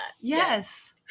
Yes